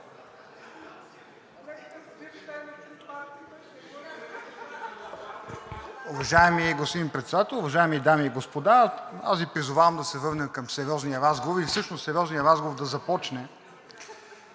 Уважаеми господин Председател, уважаеми дами и господа! Аз Ви призовавам да се върнем към сериозния разговор или всъщност сериозният разговор да започне.